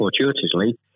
fortuitously